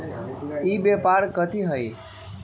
ई व्यापार कथी हव?